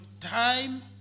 time